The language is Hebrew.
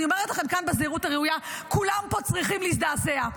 אני אומרת לכם כאן בזהירות הראויה: כולם פה צריכים להזדעזע.